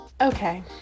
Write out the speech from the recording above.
Okay